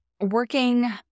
Working